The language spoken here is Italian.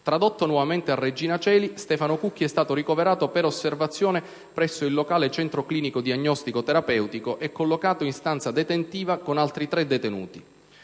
Tradotto nuovamente a Regina Coeli, Stefano Cucchi è stato ricoverato per osservazione presso il locale centro clinico diagnostico-terapeutico e collocato in stanza detentiva con altri tre detenuti.